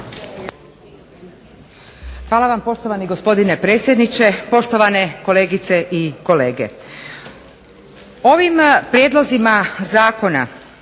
Hvala vam poštovani gospodine predsjedniče, poštovane kolegice i kolege. Ovim prijedlozima Zakona,